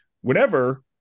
Whenever